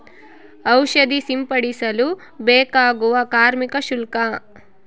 ಔಷಧಿ ಸಿಂಪಡಿಸಲು ಬೇಕಾಗುವ ಕಾರ್ಮಿಕ ಶುಲ್ಕ?